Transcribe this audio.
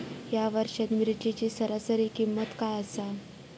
या वर्षात मिरचीची सरासरी किंमत काय आसा?